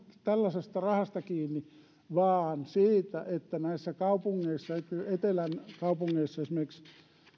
tällaisesta rahasta kiinni vaan siitä että näissä kaupungeissa täytyy etelän kaupungeissa esimerkiksi